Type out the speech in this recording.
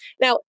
Now